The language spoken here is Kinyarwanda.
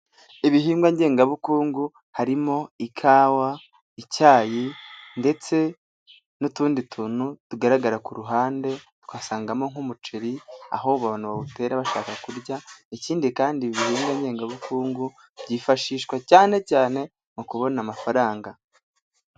Ibihingwa ngengabukungu harimo ikawa, icyayi, ndetse n'utundi tuntu tugaragara ku ruhande, twasangamo nk'umuceri aho abantu bawutera bashaka kurya, ikindi kandi ibihingwa ngengabukungu byifashishwa cyane cyane mu kubona amafaranga.